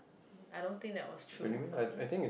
I don't think that was true for me